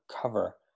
cover